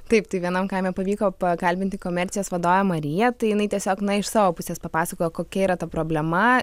taip tai vienam kaime pavyko pakalbinti komercijos vadovę mariją tai jinai tiesiog na iš savo pusės papasakojo kokia yra ta problema